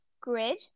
grid